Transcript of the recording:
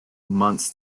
months